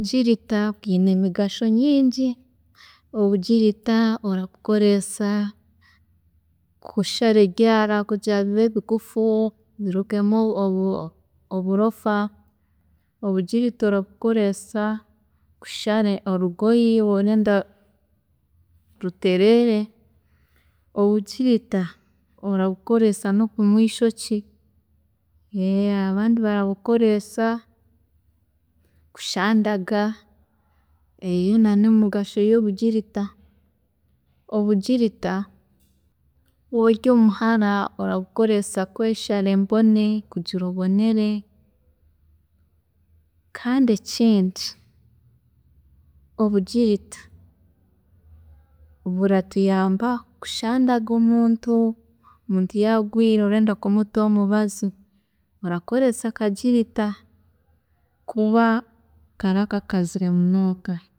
Akagirita keine emigasho nyingi, obujirita orabukozeesa kushara ebyaara kugira ngu bibe bigufu birugemu obu- oburofa, obujirita orabukozeesa kushara orugoyi waaba orenda rutereere, obujirita orabukoreesa nokumwa ishokye, abandi barabukozeesa kushandaga, eyo yoona nemigasho yobujirita, obujirita waaba ori omuhara orabukozesa kweshara embone kugira obonere, kandi ekindi obujirita buratuyamba kushandaga omuntu. Omuntu yaaba arwiire orenda kumutaho omubazi orakozesa akajirita kuba karaba kakazire munonga.